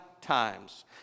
times